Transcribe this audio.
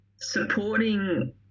supporting